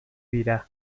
dira